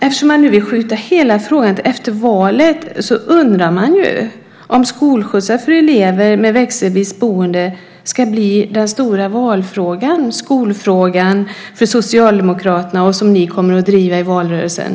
Eftersom ni nu vill skjuta på hela frågan till efter valet, undrar man om skolskjutsar för elever med växelvis boende ska bli den stora skolfrågan som ni socialdemokrater kommer att driva i valrörelsen.